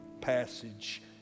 passage